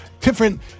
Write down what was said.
different